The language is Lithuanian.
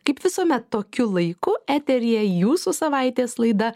kaip visuomet tokiu laiku eteryje jūsų savaitės laida